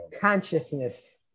Consciousness